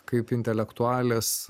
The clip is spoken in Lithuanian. kaip intelektualės